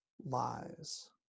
lies